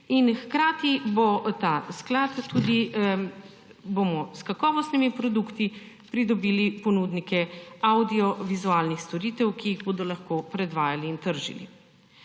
in hkrati bomo s kakovostnimi produkti pridobili ponudnike avdiovizualnih storitev, ki jih bodo lahko predvajali in tržili.